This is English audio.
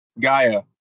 Gaia